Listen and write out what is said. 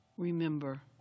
Remember